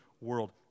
world